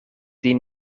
die